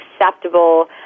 acceptable